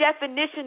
definition